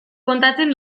kontatzen